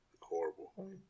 Horrible